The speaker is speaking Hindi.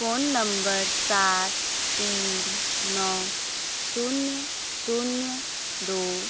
फ़ोन नम्बर सात तीन नौ शून्य शून्य दो